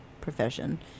profession